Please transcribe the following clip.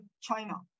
China